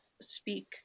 speak